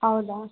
ಹೌದಾ